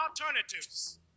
alternatives